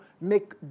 make